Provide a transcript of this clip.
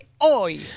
hoy